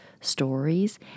stories